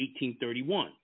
1831